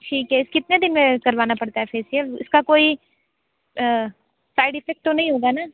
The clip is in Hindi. ठीक है कितने दिन में करवाना पड़ता है फेशियल उसका कोई साइड इफ़ेक्ट तो नहीं होगा ना